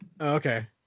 Okay